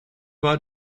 war